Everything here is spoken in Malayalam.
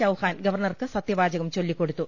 ചൌഹാൻ ഗവർണ്ണർക്ക് സത്യവാചകം ചൊല്ലിക്കൊടുത്തു